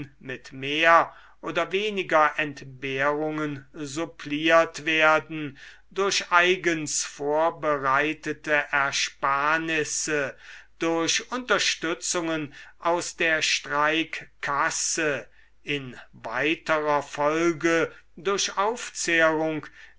mit mehr oder weniger entbehrungen suppliert werden durch eigens vorbereitete ersparnisse durch unterstützungen aus der streikkasse in weiterer folge durch aufzehrung